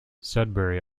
sudbury